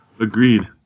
Agreed